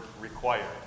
required